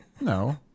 No